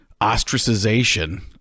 ostracization